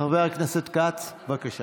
בבקשה.